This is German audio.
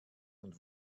und